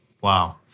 wow